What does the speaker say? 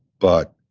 but,